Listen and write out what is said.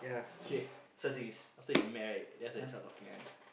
k so the thing is after they met right then after that they start talking one